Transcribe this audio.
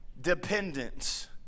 dependence